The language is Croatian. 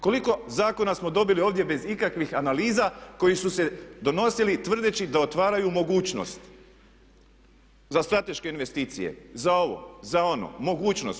Koliko zakona smo dobili ovdje bez ikakvih analiza koji su se donosili tvrdeći da otvaraju mogućnost za strateške investicije, za ovo, za ono, mogućnost.